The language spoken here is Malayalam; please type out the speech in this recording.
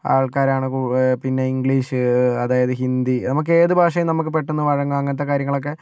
പിന്നേ ഇംഗ്ലീഷ് അതായത് ഹിന്ദി നമുക്ക് ഏത് ഭാഷയും നമുക്ക് പെട്ടന്ന് വഴങ്ങും അങ്ങനത്തെ കാര്യങ്ങളൊക്കേ